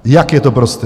Jak je to prosté.